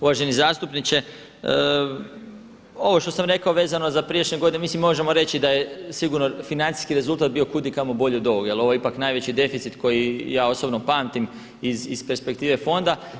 Uvaženi zastupniče, ovo što sam rekao vezano za prijašnje godine mislim možemo reći da je sigurno financijski rezultat bio kud i kamo bolji od ovoga, jer ovo je ipak najveći deficit koji ja osobno pamtim iz perspektive fonda.